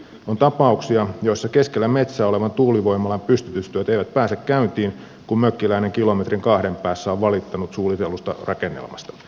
on tapauksia joissa keskellä metsää olevan tuulivoimalan pystytystyöt eivät pääse käyntiin kun mökkiläinen kilometrin kahden päässä on valittanut suunnitellusta rakennelmasta